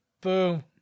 Boom